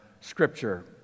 Scripture